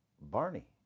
Barney